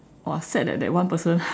!wah! sad eh that one person